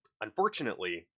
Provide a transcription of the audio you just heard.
unfortunately